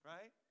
Right